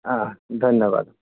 অঁ ধন্যবাদ